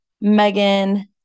Megan